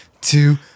two